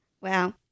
Wow